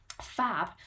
fab